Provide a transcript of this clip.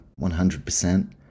100%